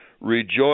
rejoice